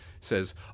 says